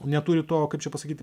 neturi to kaip čia pasakyti